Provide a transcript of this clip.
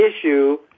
issue